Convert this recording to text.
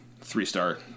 three-star